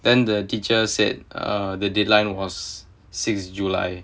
then the teacher said err the deadline was sixth july